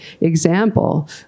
example